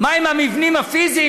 מה עם המבנים הפיזיים,